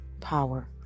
power